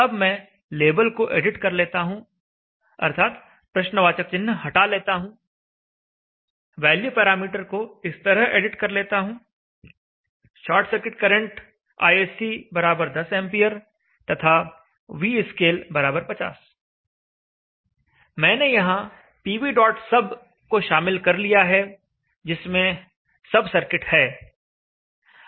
अब मैं लेबल को एडिट कर लेता हूं प्रश्नवाचक चिन्ह हटा लेता हूं वैल्यू पैरामीटर को इस तरह एडिट कर लेता हूं short circuit current ISC10 ampere तथा Vscale50 मैंने यहां pvsub को शामिल कर लिया है जिसमें सब सर्किट है